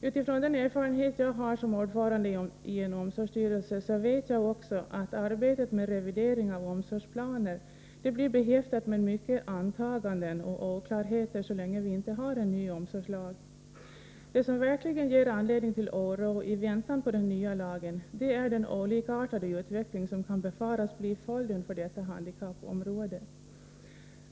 Utifrån den erfarenhet jag har som ordförande i en omsorgsstyrelse vet jag också att arbetet med revidering av omsorgsplaner blir behäftat med många antaganden och oklarheter så länge vi inte har en ny omsorgslag. Det som verkligen ger anledning till oro i väntan på den nya lagen är den olikartade utveckling som kan befaras bli följden för detta handikappområde.